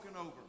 over